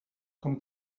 com